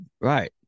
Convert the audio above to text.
Right